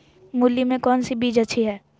मूली में कौन सी बीज अच्छी है?